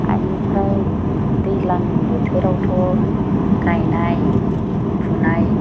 बेनिफ्राय दैज्लां बोथोरावथ' गायनाय फुनाय